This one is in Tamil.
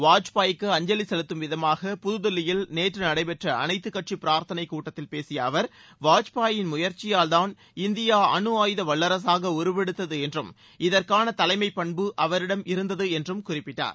வாஜ்பாய்க்கு அஞ்சலி செலுத்தும் விதமாக புதில்லியில் நேற்று நடைபெற்ற அனைத்து கட்சி பிரார்த்தனைக் கூட்டத்தில் பேசிய அவர் வாஜ்பாயின் முயற்சியால் தான் இந்தியா அனு ஆயுத வல்லரசாக உருவெடுத்து என்றும் இதற்கான தலைமைப் பண்பு அவரிடம் இருந்தது என்றும் குறிப்பிட்டார்